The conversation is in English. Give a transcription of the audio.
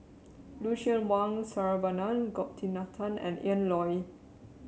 Lucien Wang Saravanan Gopinathan and Ian Loy